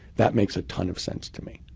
that makes a ton of sense to me.